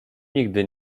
nigdy